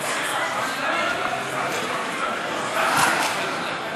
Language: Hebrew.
חוק העונשין